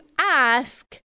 ask